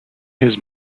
his